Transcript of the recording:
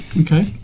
Okay